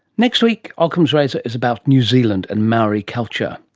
next week, ockham's razor is about new zealand and maori culture.